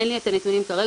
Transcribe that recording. אין לי את הנתונים כרגע,